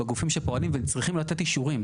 בגופים שפועלים וצריכים לתת אישורים.